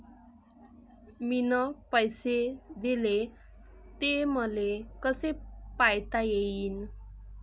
मिन पैसे देले, ते मले कसे पायता येईन?